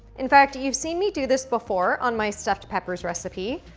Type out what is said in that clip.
in fact, you've seen me do this before on my stuffed peppers recipe.